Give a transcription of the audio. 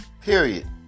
period